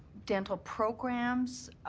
dental programs?